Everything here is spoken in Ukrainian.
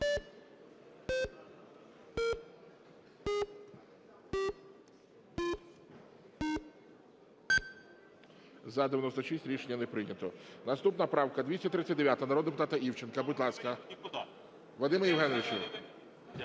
За-96 Рішення не прийнято. Наступна правка 239 народного депутата Івченка. Будь ласка. Вадиме Євгеновичу!